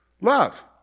Love